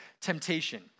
temptation